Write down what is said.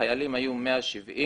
החיילים היו 170,